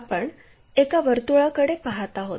आपण एका वर्तुळाकडे पहात आहोत